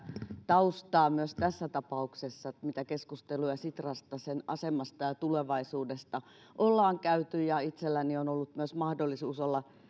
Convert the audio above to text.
taustaa myös tässä tapauksessa mitä keskusteluja sitrasta sen asemasta ja tulevaisuudesta ollaan käyty itselläni on myös ollut mahdollisuus olla